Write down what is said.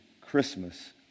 Christmas